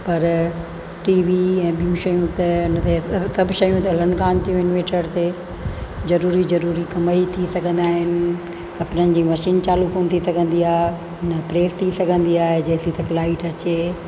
पर TV ऐं ॿियूं शयूं त हिकु बि शयूं त हलनि कोन थियूं इनवेटर ते ज़रूरी ज़रूरी कम ई थी सघंदा इन कपिड़नि जी मशीन चालू कोन थी सघंदी आहे न प्रेस थी सघंदी आहे जेसीं ताईं लाइट अचे